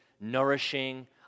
nourishing